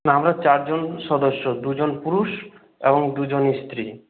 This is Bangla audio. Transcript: না আমরা চার জন সদস্য দুজন পুরুষ এবং দুজন স্ত্রী